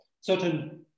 certain